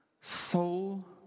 soul